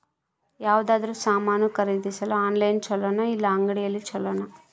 ಯಾವುದಾದರೂ ಸಾಮಾನು ಖರೇದಿಸಲು ಆನ್ಲೈನ್ ಛೊಲೊನಾ ಇಲ್ಲ ಅಂಗಡಿಯಲ್ಲಿ ಛೊಲೊನಾ?